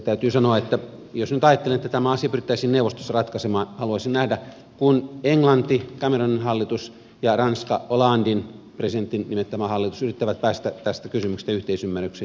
täytyy sanoa että jos nyt ajattelen että tämä asia pyrittäisiin neuvostossa ratkaisemaan haluaisin nähdä kun englanti cameronin hallitus ja ranska hollanden presidentin nimittämä hallitus yrittävät päästä tästä kysymyksestä yhteisymmärrykseen